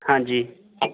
ਹਾਂਜੀ